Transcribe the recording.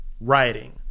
writing